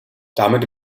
damit